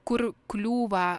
kur kliūva